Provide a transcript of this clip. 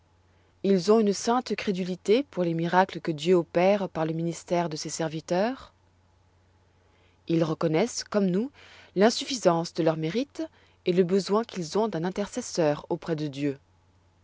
ils ont une sainte crédulité pour les miracles que dieu opère par le ministère de ses serviteurs ils reconnoissent comme nous l'insuffisance de leurs mérites et le besoin qu'ils ont d'un intercesseur auprès de dieu